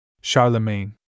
Charlemagne